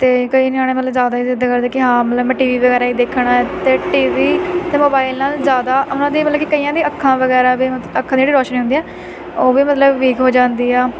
ਅਤੇ ਕਈ ਨਿਆਣੇ ਮਤਲਬ ਜਿਆਦਾ ਹੀ ਜਿੱਦ ਕਰਦੇ ਕੀ ਹਾਂ ਮਤਲਬ ਮੈਂ ਟੀਵੀ ਵਗੈਰਾ ਹੀ ਦੇਖਣਾ ਅਤੇ ਟੀਵੀ ਅਤੇ ਮੋਬਾਈਲ ਨਾਲ ਜ਼ਿਆਦਾ ਉਹਨਾਂ ਦੇ ਮਤਲਬ ਕਿ ਕਈਆਂ ਦੀਆਂ ਅੱਖਾਂ ਵਗੈਰਾ ਵੀ ਅੱਖਾਂ ਦੀ ਜਿਹੜੀ ਰੋਸ਼ਨੀ ਹੁੰਦੀ ਆ ਉਹ ਵੀ ਮਤਲਬ ਵੀਕ ਹੋ ਜਾਂਦੀ ਆ